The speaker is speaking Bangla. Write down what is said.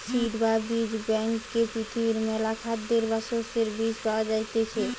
সিড বা বীজ ব্যাংকে পৃথিবীর মেলা খাদ্যের বা শস্যের বীজ পায়া যাইতিছে